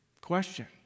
question